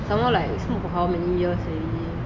some more like I smoke for how many years already